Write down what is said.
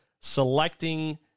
selecting